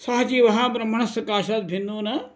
सः जीवः ब्रह्मणः सकाशात् भिन्नो न